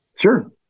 Sure